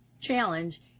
challenge